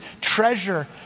treasure